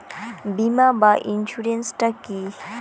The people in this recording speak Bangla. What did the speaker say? বিমা বা ইন্সুরেন্স টা কি?